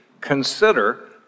Consider